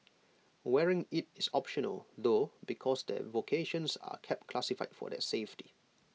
wearing IT is optional though because their vocations are kept classified for their safety